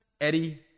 Eddie